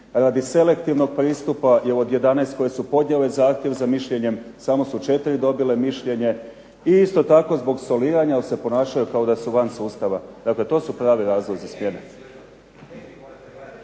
radi selektivnog pristupa jer od 11 koje su podnijele zahtjev za mišljenjem samo su 4 dobile mišljenje i isto tako zbog soliranja jer se ponašaju kao da su van sustava. Dakle, to su pravi razlozi smjene.